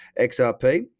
XRP